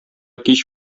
кич